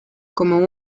como